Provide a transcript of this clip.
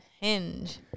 Hinge